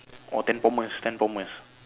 oh temp formers temp formers